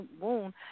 wound